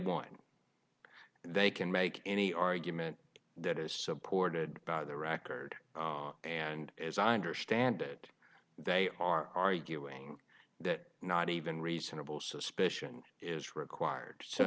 want they can make any argument that is supported by the record and as i understand it they are arguing that not even reasonable suspicion is required